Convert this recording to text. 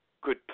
good